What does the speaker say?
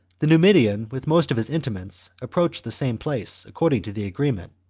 the nu midian, with most of his intimates, approached the same place, according to the agreement,